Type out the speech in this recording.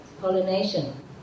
pollination